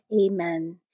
Amen